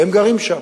והם גרים שם,